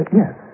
yes